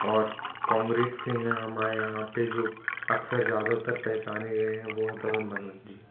और कॉन्ग्रेस से हैं हमारे यहाँ पर जो अक्सर ज़्यादातर पहचाने गए हैं वो हैं तरुण मनोज जी